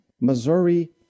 Missouri